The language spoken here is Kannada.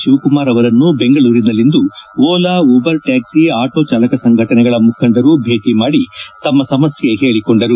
ಶಿವಕುಮಾರ್ ಅವರನ್ನು ಬೆಂಗಳೂರಿನಲ್ಲಿಂದು ಓಲಾ ಉಬರ್ ಟ್ಯಾಕ್ಸಿ ಆಟೋ ಚಾಲಕ ಸಂಘಟನೆಗಳ ಮುಖಂಡರು ಭೇಟಿ ಮಾದಿ ತಮ್ಮ ಸಮಸ್ಯೆ ಹೇಳಿಕೊಂಡರು